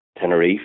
Tenerife